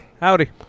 Howdy